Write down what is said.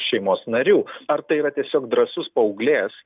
šeimos narių ar tai yra tiesiog drąsus paauglės